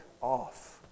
off